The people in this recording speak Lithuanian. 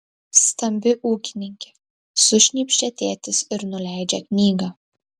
stambi ūkininkė sušnypščia tėtis ir nuleidžia knygą